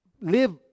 live